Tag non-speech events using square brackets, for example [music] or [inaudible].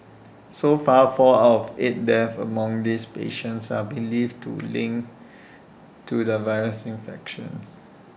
[noise] so far four out of eight deaths among these patients are believed to linked [noise] to the virus infection [noise]